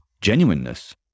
genuineness